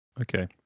Okay